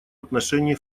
отношении